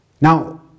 Now